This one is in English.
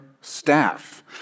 staff